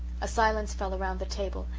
a silence fell around the table,